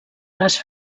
les